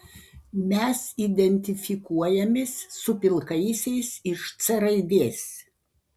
mes identifikuojamės su pilkaisiais iš c raidės